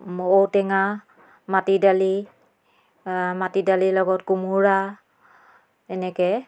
ঔ টেঙা মাটি দালি মাটি দালিৰ লগত কোমোৰা এনেকৈ